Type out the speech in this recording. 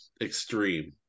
extreme